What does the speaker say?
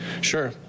Sure